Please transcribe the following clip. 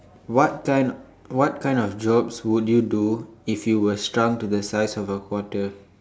what kind what kind of jobs would you do if you were shrunk to the size of a quarter